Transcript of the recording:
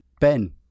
Ben